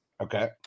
Okay